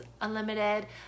Unlimited